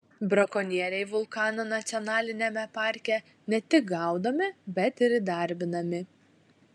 brakonieriai vulkano nacionaliniame parke ne tik gaudomi bet ir įdarbinami